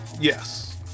yes